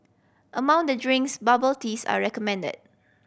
among the drinks bubble teas are recommended